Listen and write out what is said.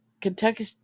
Kentucky